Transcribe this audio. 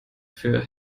für